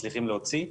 מצליחים להוציא.